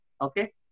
Okay